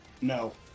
No